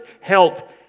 help